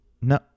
No